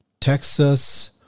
Texas